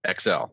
XL